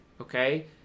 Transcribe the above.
okay